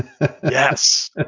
Yes